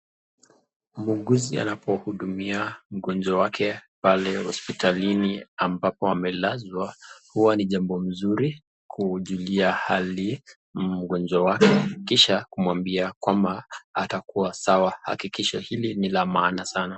Muuguzi anapohudumia mgonjwa wake pale hospitalini, ambapo amelazwa huwa ni jambo mzuri kujulia hali mgonjwa wake. Kisha kumwambia kwamba atakuwa sawa, hakikisho hili ni la maana sana.